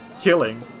killing